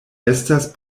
estas